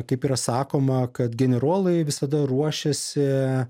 kaip yra sakoma kad generolai visada ruošiasi